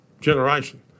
generation